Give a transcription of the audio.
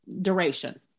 duration